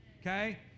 Okay